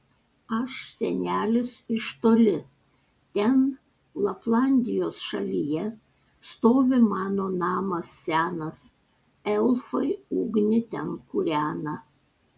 aš senelis iš toli ten laplandijos šalyje stovi mano namas senas elfai ugnį ten kūrena